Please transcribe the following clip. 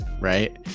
right